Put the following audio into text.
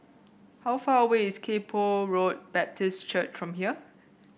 how far away is Kay Poh Road Baptist Church from here